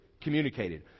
communicated